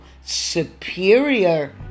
superior